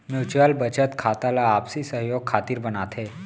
mutual बचत खाता ला आपसी सहयोग खातिर बनाथे